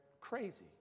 crazy